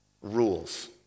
rules